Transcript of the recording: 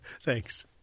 Thanks